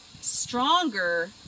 stronger